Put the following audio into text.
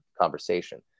conversation